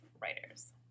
writers